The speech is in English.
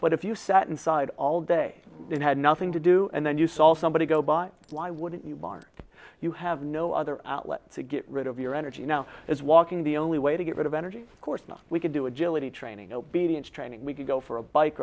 but if you sat inside all day it had nothing to do and then you saw somebody go by why wouldn't you mark you have no other outlets and get rid of your energy now is walking the only way to get rid of energy of course we can do agility training obedience training we can go for a bike